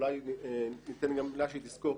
אולי ניתן גם לה שהיא תסקור,